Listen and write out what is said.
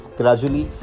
gradually